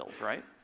right